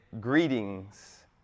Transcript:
greetings